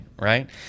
right